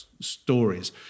stories